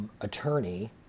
attorney